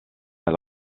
elle